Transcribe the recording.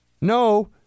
no